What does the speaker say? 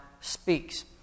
speaks